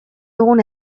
dugun